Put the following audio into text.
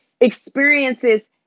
experiences